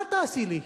מה תעשי לי?